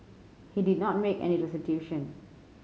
he did not make any restitution